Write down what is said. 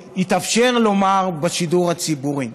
יתאפשר לומר בשידור הציבורי.